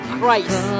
Christ